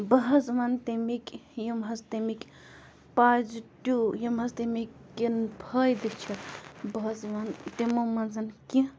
بہٕ حظ وَنہٕ تَمِکۍ یِم حظ تَمِکۍ پازِٹِو یِم حظ تَمِکۍ کِن فٲیِدٕ چھِ بہٕ حظ وَن تِمو منٛز کیٚنہہ